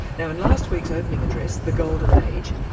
now in last week's opening address, the golden age,